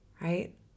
Right